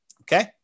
Okay